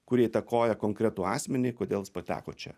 kurie įtakoja konkretų asmenį kodėl jis pateko čia